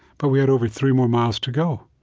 but we had over three more miles to go.